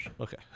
Okay